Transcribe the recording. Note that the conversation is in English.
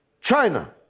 China